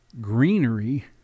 greenery